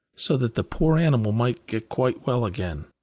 so that the poor animal might get quite well again.